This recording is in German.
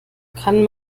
kann